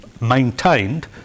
maintained